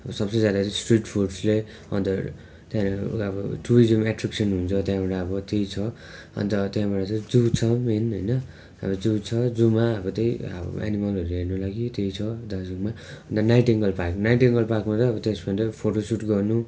सबसे ज्यादा स्ट्रिट फुड्सले अन्त त्यहाँनिर अब टुरिज्म एट्र्याक्सन हुन्छ त्यहाँ एउटा अब त्यही छ अन्त त्यहाँबाट चाहिँ जू छ मेन होइन अब जू छ जूमा अब त्यही एनिमलहरू हेर्नु लागि त्यही छ दार्जिलिङमा अन्त नाइटिङगेल पार्क नाइटिङगेल पार्कमा त अब त्यही फोटो सुट गर्नु